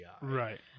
Right